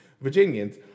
Virginians